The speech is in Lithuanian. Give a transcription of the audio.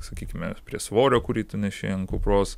sakykime prie svorio kurį tu neši ant kupros